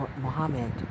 Muhammad